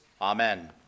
amen